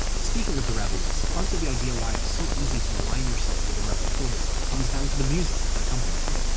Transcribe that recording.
speaking of the rebels, part of the idea behind why it's so easy to align yourself with the rebel cause comes down to the music that accompanies it.